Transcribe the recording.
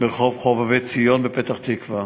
ברחוב חובבי-ציון בפתח-תקווה.